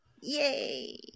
Yay